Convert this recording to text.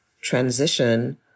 transition